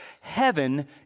heaven